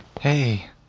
Hey